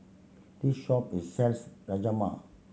this shop is sells Rajma